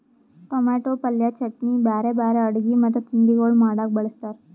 tomato ಪಲ್ಯ, ಚಟ್ನಿ, ಬ್ಯಾರೆ ಬ್ಯಾರೆ ಅಡುಗಿ ಮತ್ತ ತಿಂಡಿಗೊಳ್ ಮಾಡಾಗ್ ಬಳ್ಸತಾರ್